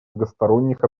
многосторонних